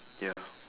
ya